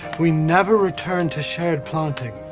we never returned to shared planting,